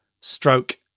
stroke